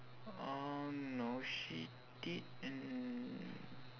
oh no she didn't